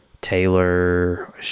Taylor